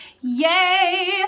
yay